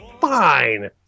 fine